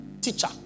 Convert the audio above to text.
teacher